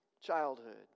childhood